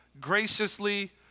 graciously